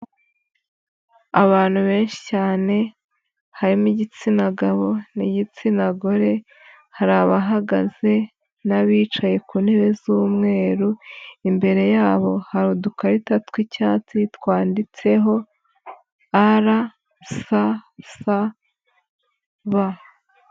Abantu benshi cyane harimo igitsina gabo n'igitsina gore, hari abahagaze n'abicaye ku ntebe z'umweru, imbere yabo hari udukarita tw'icyatsi twanditseho RSSB.